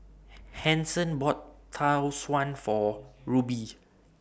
Hanson bought Tau Suan For Rubye